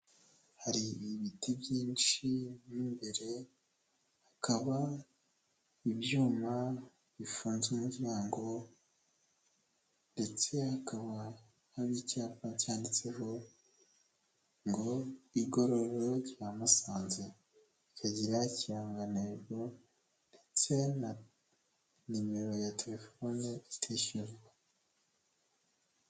Hari ibiti byinshi, mu imbere hakaba ibyuma bifunze umuryango ndetse hakaba hari icyapa cyanditseho ngo igororero rya Musanze, rikagira ikirangantego ndetse na nimero ya telefoni itishyurwa.